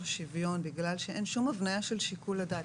שוויון בגלל שאין שום הבניה של שיקול הדעת.